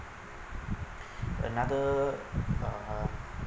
another uh